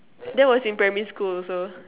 that was in primary school also